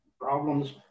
problems